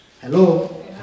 Hello